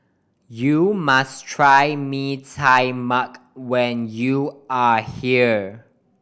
you must try Mee Tai Mak when you are here